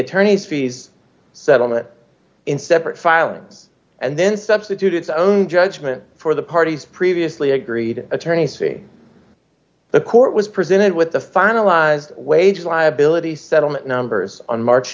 attorney's fees settlement in separate filings and then substitute its own judgment for the parties previously agreed attorneys the court was presented with the finalized wages liability settlement numbers on march